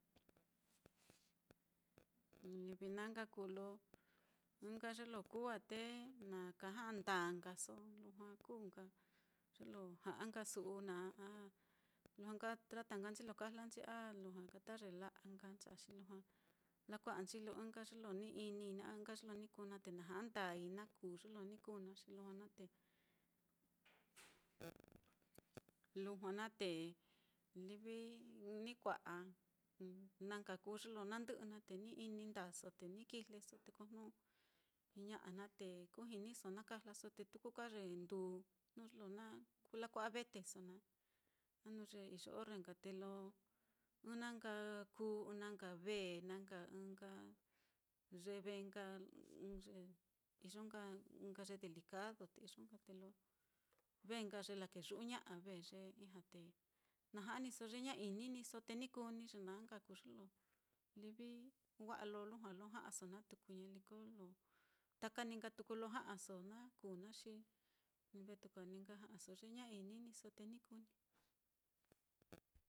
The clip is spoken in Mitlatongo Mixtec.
Na nka kuu lo ɨ́ɨ́n ye lo kuu á, te na kaja'a ndaa nkaso, lujua kuu nka ye lo ja'a nka su'u naá, a lujua nka tratanchi lo kajlanchi, a lujua nka ta ye la'a nka ncha'a xi lujua lakua'anchii, lo ɨ́ɨ́n nka ye lo ni inii naá, a ɨ́ɨ́n nka ye lo ni kuu naá te na ja'a ndaai, na kuu ye lo ni kuu naá, xi lujua naá te, lujua naá te livi ni kua'a na nka kuu ye lo nandɨ'ɨ naá, te ni ini ndaaso te ni kijleso te ko jnu ña'a naá te kú jiniso na kajlaso, te tuku ka ye nduu jnu ye lo na kuu lakua'a veteso naá, a jnu ye iyo orre nka te lo ɨ́ɨ́n na nka kuu, ɨ́ɨ́n na nka ve, na nka ɨ́ɨ́n nka ye ve nka, ɨ́ɨ́n ye iyo nka ɨ́ɨ́n nka ye delicado te iyo nka te lo ve nka ye lakeyu'uña'a, ve ye ijña te na ja'a níso ye ña ini níso te ni kuu ni ye naá nka ye lo livi wa'a lo lujua lo ja'aso na, tuku ñaliko ko lo taka ní, nka tuku lo ja'aso na kuu naá, xi vetuka ni nka ja'aso ye ña ini níso te ni kuu ní.